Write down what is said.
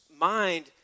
mind